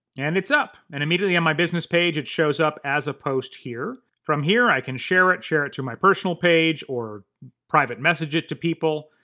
and it's up. and immediately on my business page it shows up as a post here. from here i can share it, share it to my personal page or private message it to people.